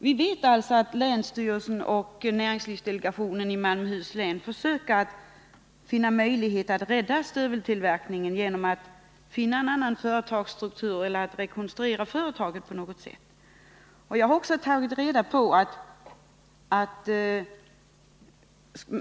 Vi vet alltså att länsstyrelsen och Näringslivsdelegationen i Malmöhus län försöker finna möjligheter att rädda stöveltillverkningen genom att skapa en annan företagsstruktur eller att rekonstruera företaget på något sätt.